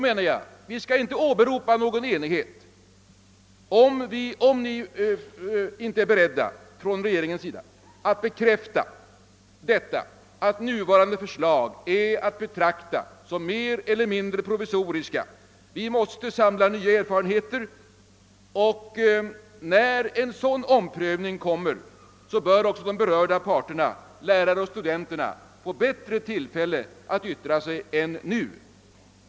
Men åberopa inte någon enighet om man inte från regeringshåll är redo att bekräfta att nuvarande förslag är mer eller mindre provisoriska! Vi måste samla nya erfarenheter för att kunna göra en omprövning av utbildningssituationen och när den omprövningen skall göras bör berörda parter, lärare och studenter, få bättre tillfälle att yttra sig än nu.